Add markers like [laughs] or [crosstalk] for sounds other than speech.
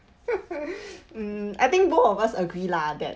[laughs] [breath] um I think both of us agree lah that